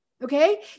Okay